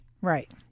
Right